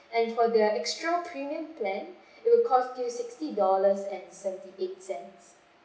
and for the extra premium plan it will cost you sixty dollars and seventy-eight cents